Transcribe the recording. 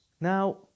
Now